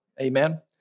Amen